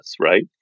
right